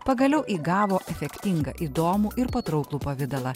pagaliau įgavo efektingą įdomų ir patrauklų pavidalą